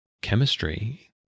chemistry